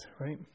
right